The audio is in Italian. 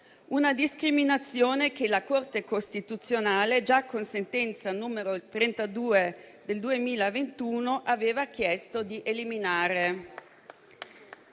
Una discriminazione che la Corte costituzionale, già con sentenza n. 32 del 2021, aveva chiesto di